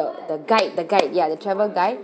the the guide the guide ya the travel guide